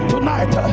Tonight